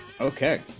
okay